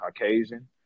Caucasian